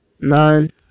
Nine